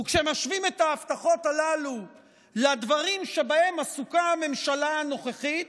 וכשמשווים את ההבטחות הללו לדברים שבהם עסוקה הממשלה הנוכחית,